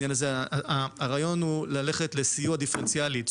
הרעיון הוא ללכת לסיוע דיפרנציאלי.